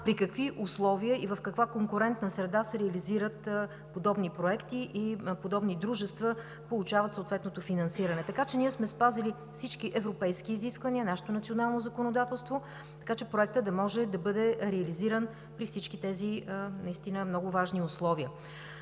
при какви условия и в каква конкурентна среда се реализират подобни проекти и подобни дружества получават съответното финансиране. Ние сме спазили всички европейски изисквания, нашето национално законодателство, така че проектът да бъде реализиран при всички тези наистина много важни условия.